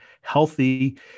healthy